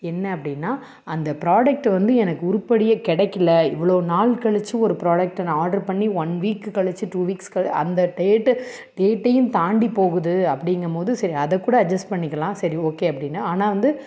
என்ன அப்படினா அந்த ப்ராடக்ட் வந்து எனக்கு உருப்படியே கிடக்கில இவ்வளோ நாள் கழிச்சு ஒரு ப்ராடக்ட் நான் ஆர்ட்ரு பண்ணி ஒன் வீக் கழிச்சி டூ வீக்ஸ் அந்த டேட்டு டேட்டையும் தாண்டி போகுது அப்படிங்கம்போது சரி அதை கூட அட்ஜஸ்ட் பண்ணிக்கலாம் சரி ஓகே அப்படினு ஆனால் வந்து